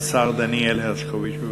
השר דניאל הרשקוביץ, לפתוח את הדיון.